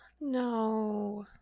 No